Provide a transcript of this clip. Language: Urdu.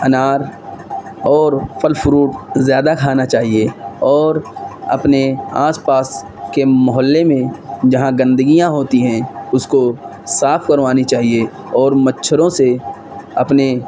انار اور پھل فروٹ زیادہ کھانا چاہیے اور اپنے آس پاس کے محلے میں جہاں گندگیاں ہوتی ہیں اس کو صاف کروانی چاہیے اور مچھروں سے اپنے